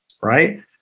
Right